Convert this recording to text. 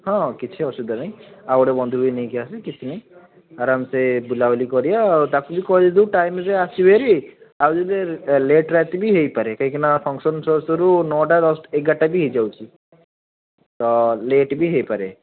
ହଁ କିଛି ଅସୁବିଧା ନାହିଁ ଆଉ ଗୋଟେ ବନ୍ଧୁ ବି ନେଉକି ଆସେ କିଛି ନାହିଁ ଆରାମ ଯେ ବୁଲାବୁଲି କରିବା ତାଙ୍କୁ ବି କହିଦେବୁ ଟାଇମ୍ରେ ଆସିବେ ହେରି ଆଉ ଯଦି ଲେଟ୍ ରାତି ବି ହେଇପାରେ କାହିଁକିନା ଫଙ୍କସନ୍ ସରୁ ସରୁ ନଅଟା ଦଶ ଏଗାରଟା ବି ହେଇଯାଉଛି ତ ଲେଟ୍ ବି ହେଇପାରେ